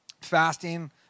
Fasting